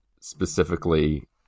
specifically